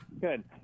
Good